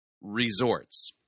resorts